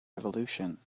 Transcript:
revolution